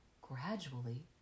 gradually